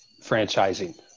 franchising